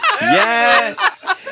Yes